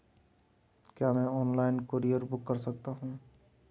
क्या मैं online courier book कर सकता हूँ?